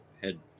head